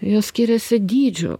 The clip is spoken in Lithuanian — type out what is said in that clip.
jos skiriasi dydžiu